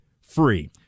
free